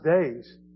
days